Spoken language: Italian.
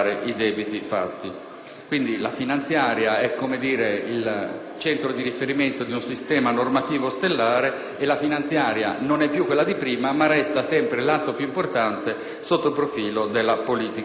la finanziaria è il centro di riferimento di un sistema normativo stellare ed essa, seppur non sia più quella di prima, resta sempre l'atto più importante sotto il profilo della politica economica.